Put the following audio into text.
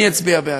אני אצביע בעד.